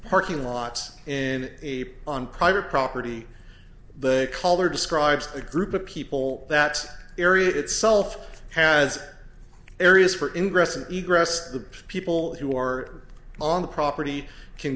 parking lots in a on private property the caller describes a group of people that area itself has areas for ingress and egress the people who are on the property can